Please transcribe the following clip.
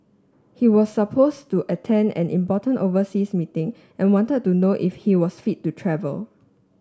he was suppose to attend an important overseas meeting and wanted to know if he was fit to travel